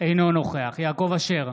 אינו נוכח יעקב אשר,